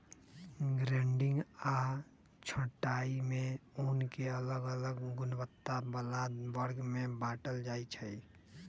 grading आऽ छँटाई में ऊन के अलग अलग गुणवत्ता बला वर्ग में बाटल जाइ छइ